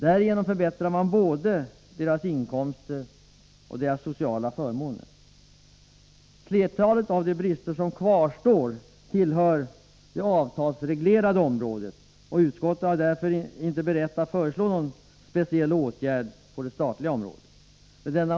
Därigenom förbättras både deras inkomster och deras sociala förmåner. 117 Flertalet av de brister som kvarstår tillhör det avtalsreglerade området, och utskottet är därför inte berett att föreslå någon speciell åtgärd för det statliga området.